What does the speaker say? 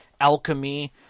Alchemy